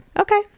okay